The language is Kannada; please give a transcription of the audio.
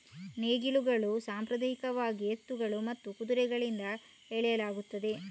ನೇಗಿಲುಗಳನ್ನು ಸಾಂಪ್ರದಾಯಿಕವಾಗಿ ಎತ್ತುಗಳು ಮತ್ತು ಕುದುರೆಗಳಿಂದ ಎಳೆಯಲಾಗುತ್ತದೆ